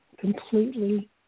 completely